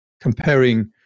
comparing